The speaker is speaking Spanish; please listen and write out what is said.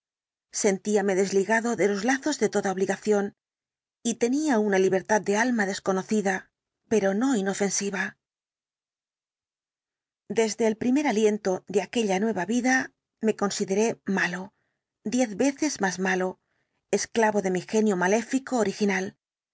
molino sentíame desligado de los lazos de toda obligación y tenía una libertad de alma desconocida pero no inofensiva desde el primer aliento de aquella nueva vida me consideré malo diez veces más malo esclavo de mi genio maléfico original